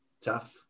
tough